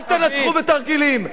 אל תנצחו בתרגילים.